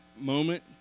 moment